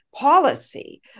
policy